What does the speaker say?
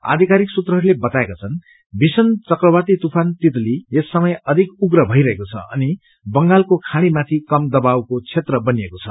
आधिकारिक सूत्रहरूले बताएका छन् भीषण चक्रवाती तूफान तितली यस समय अधिक उग्र भइरहेको छ अनि बंगालको खाँड़ीमाथि कम दवावको क्षेत्र बनिएको छ